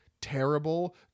terrible